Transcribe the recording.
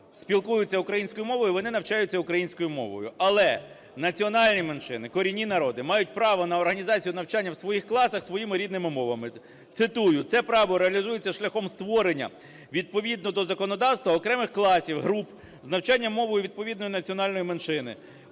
спілкуються українському мовою, вони навчаються українською мовою. Але національні меншини, корінні народи мають право на організацію навчання в своїх класах своїми рідними мовами. Цитую: "Це право реалізується шляхом створення відповідно до законодавства окремих класів, груп з навчання мовою відповідної національної меншини